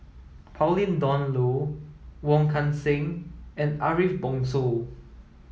Pauline Dawn Loh Wong Kan Seng and Ariff Bongso